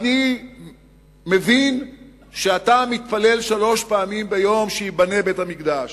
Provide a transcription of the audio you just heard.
אני מבין שאתה מתפלל שלוש פעמים ביום שייבנה בית-המקדש,